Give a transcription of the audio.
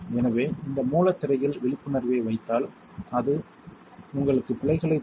எனவே இந்த மூலத் திரையில் விழிப்புணர்வை வைத்தால் அது உங்களுக்குப் பிழைகளைத் தரும்